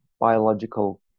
biological